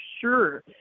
sure